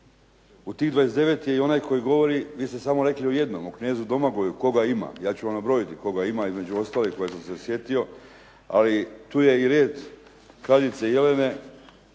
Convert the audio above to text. U tih 29 je i onaj koji govori, vi ste rekli samo o jednom, o knezu Domagoju tko ga ima. Ja ću vam nabrojiti tko ga ima između ostalih koje sam se sjetio. Ali tu je i red kraljice Jelene